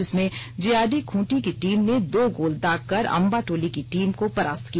जिसमें जीआरडी खूँटी की टीम ने दो गोल दाग कर अम्बाटोली की टीम को परास्त किया